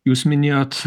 jūs minėjot